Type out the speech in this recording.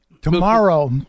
Tomorrow